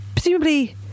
Presumably